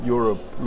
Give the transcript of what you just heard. Europe